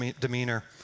demeanor